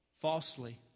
falsely